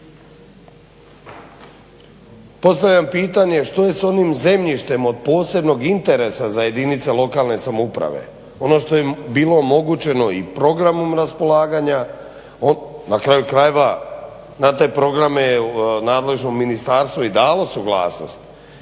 Postavljam pitanje što je sa onim zemljištem od posebnog interesa za jedinice lokalne samouprave, ono što je bilo omogućeno i programom raspolaganja. Na kraju krajeva na te programe je nadležno ministarstvo i dalo suglasnost.